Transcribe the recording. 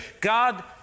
God